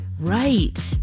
Right